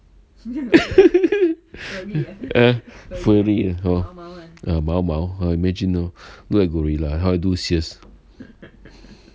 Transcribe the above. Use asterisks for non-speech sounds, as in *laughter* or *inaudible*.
*laughs* uh furry uh 毛毛 imagine orh how I do sales